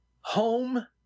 Home